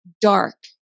dark